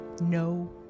no